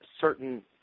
certain